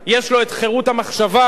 יש לו חירות המחשבה,